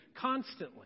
constantly